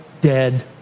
dead